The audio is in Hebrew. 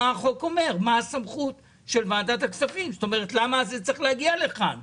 מה החוק אומר ומה הסמכות של ועדת הכספים ולמה זה מגיע אל שולחן הוועדה.